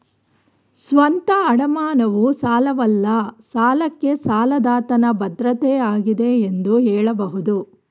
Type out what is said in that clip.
ಸ್ವಂತ ಅಡಮಾನವು ಸಾಲವಲ್ಲ ಸಾಲಕ್ಕೆ ಸಾಲದಾತನ ಭದ್ರತೆ ಆಗಿದೆ ಎಂದು ಹೇಳಬಹುದು